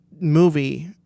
movie